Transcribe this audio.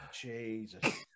Jesus